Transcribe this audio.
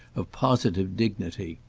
of positive dignity.